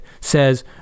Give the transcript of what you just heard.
says